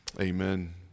Amen